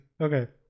okay